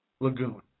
lagoon